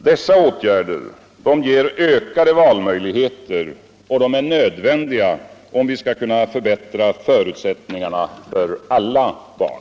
Dessa åtgärder ger ökade valmöjligheter och är nödvändiga om vi skall kunna förbättra förutsättningarna för alla barn.